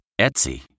Etsy